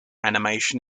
animation